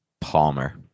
Palmer